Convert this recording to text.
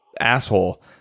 asshole